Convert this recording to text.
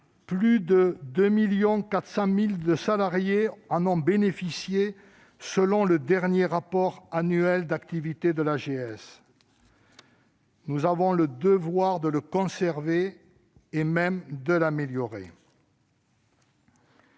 plus de 2,4 millions de salariés en ont bénéficié, selon le dernier rapport annuel d'activité de l'AGS. Nous avons le devoir de conserver ce régime, et même de l'améliorer.